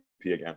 again